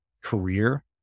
career